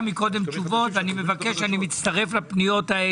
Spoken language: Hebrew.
בנושא של סוציו אקונומי שאתם בוחנים אותו בוחנים לפי מספר רכבים.